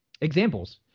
examples